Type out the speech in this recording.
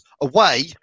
away